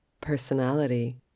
personality